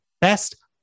best